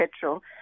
petrol